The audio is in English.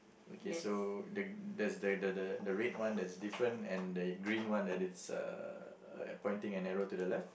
okay so the there's the the the red one that different and the green one that is uh pointing an arrow to the left